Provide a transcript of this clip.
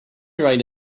write